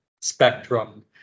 spectrum